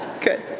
Good